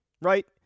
right